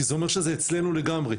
כי זה אומר שזה אצלנו לגמרי.